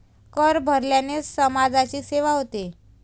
कर भरण्याने समाजाची सेवा होते